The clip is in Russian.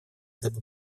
дабы